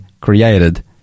created